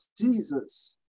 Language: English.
Jesus